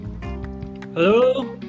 Hello